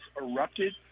erupted